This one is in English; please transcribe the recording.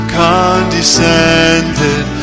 condescended